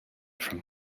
from